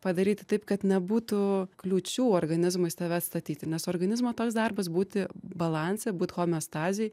padaryti taip kad nebūtų kliūčių organizmui tave atstatyti nes organizmo toks darbas būti balanse būt homeostazėj